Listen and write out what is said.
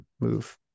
move